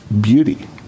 beauty